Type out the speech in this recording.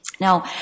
Now